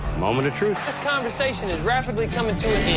moment of truth. this conversation is rapidly coming to